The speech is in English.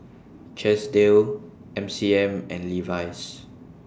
Chesdale M C M and Levi's